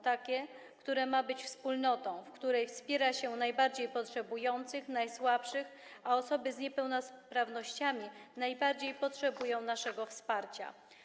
Takie, które ma być wspólnotą, w której wspiera się najbardziej potrzebujących, najsłabszych, a osoby z niepełnosprawnościami najbardziej potrzebują naszego wsparcia.